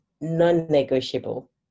non-negotiable